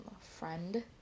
friend